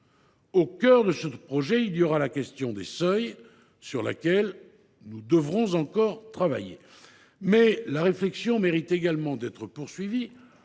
Au cœur de ce projet, il y aura la question des seuils, sur laquelle nous devons encore travailler. Mais la réflexion mérite également d’être poursuivie